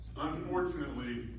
Unfortunately